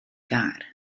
gar